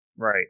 Right